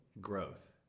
growth